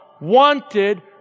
wanted